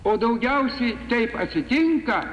o daugiausiai taip atsitinka